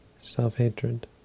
self-hatred